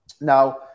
Now